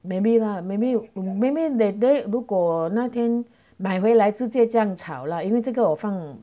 maybe lah maybe maybe that day 如果那天买回来直接这样炒啦因为这个我放